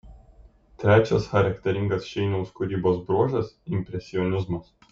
trečias charakteringas šeiniaus kūrybos bruožas impresionizmas